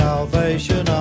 Salvation